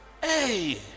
hey